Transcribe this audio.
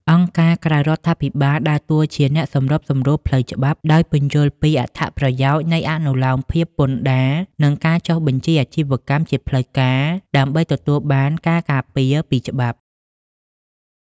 អង្គការក្រៅរដ្ឋាភិបាលដើរតួជាអ្នកសម្របសម្រួលផ្លូវច្បាប់ ដោយពន្យល់ពីអត្ថប្រយោជន៍នៃអនុលោមភាពពន្ធដារ និងការចុះបញ្ជីអាជីវកម្មជាផ្លូវការ ដើម្បីទទួលបានការការពារពីច្បាប់។